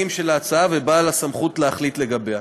של ההצעה ובעל הסמכות להחליט לגביה.